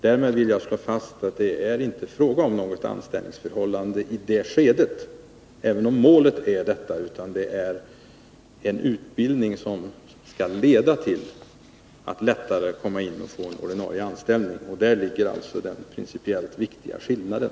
Därmed vill jag slå fast att det inte är fråga om något anställningsförhållande i det skedet, även om målet är anställning. I det skedet är det fråga om en utbildning som skall leda till att det skall bli lättare för ungdomarna att komma in på arbetsmarknaden och få ordinarie anställning. Däri ligger den principiellt viktiga skillnaden.